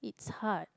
it's hard